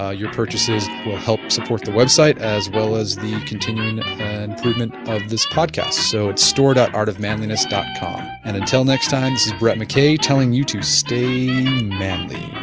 ah your purchases will help support the website as well as the continuing improvement of this podcast. so it's store artofmanliness dot com. and until next time this is brett mckay telling you to stay manly